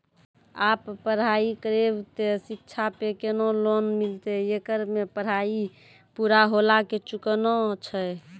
आप पराई करेव ते शिक्षा पे केना लोन मिलते येकर मे पराई पुरा होला के चुकाना छै?